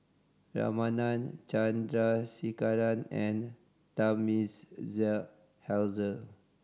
Ramanand Chandrasekaran and Thamizhavel